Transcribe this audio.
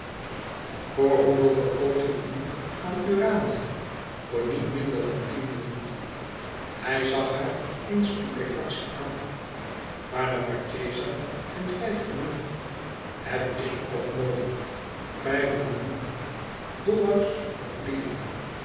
voor hoeveel verkoopt u u aan urania voor niet minder dan tien millioen hij zag haar in stupefactie aan maar de marchesa vindt vijf genoeg het is ook mooi vijf millioen dollars of lire